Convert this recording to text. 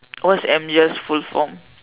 what's M_G_R's full form